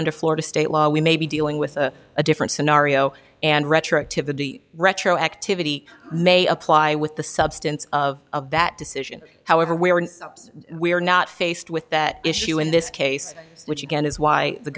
under florida state law we may be dealing with a different scenario and retroactivity retroactivity may apply with the substance of of that decision however we are not faced with that issue in this case which again is why the